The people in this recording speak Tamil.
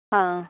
ஆ